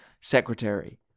Secretary